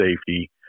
safety